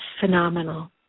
phenomenal